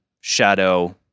shadow